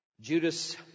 Judas